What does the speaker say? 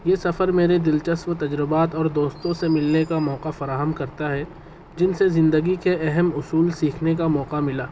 یہ سفر میرے دلچسپ تجربات اور دوستوں سے ملنے کا موقع فراہم کرتا ہے جن سے زندگی کے اہم اصول سیکھنے کا موقع ملا